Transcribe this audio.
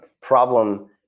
problem